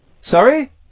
Sorry